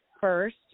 first